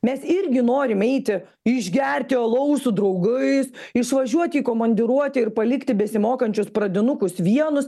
mes irgi norim eiti išgerti alaus su draugais išvažiuoti į komandiruotę ir palikti besimokančius pradinukus vienus